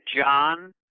John